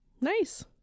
Nice